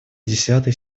десятой